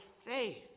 faith